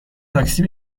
تاکسی